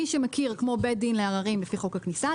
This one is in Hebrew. מי שמכיר, זה כמו בית דין לעררים לפי חוק הכניסה.